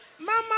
Mama